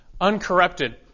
uncorrupted